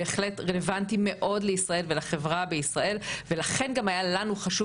זה בהחלט רלוונטי מאוד לישראל ולחברה בישראל ולכן גם היה לנו חשוב